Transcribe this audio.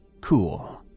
cool